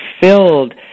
filled